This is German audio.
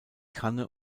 kanne